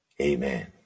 Amen